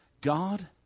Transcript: God